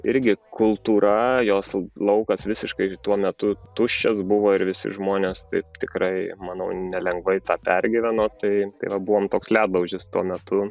irgi kultūra jos laukas visiškai tuo metu tuščias buvo ir visi žmonės taip tikrai manau nelengvai tą pergyveno tai tai va buvom toks ledlaužis tuo metu